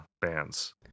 bands